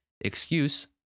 excuse